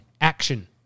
action